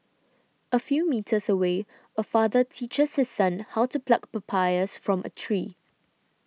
a few metres away a father teaches his son how to pluck papayas from a tree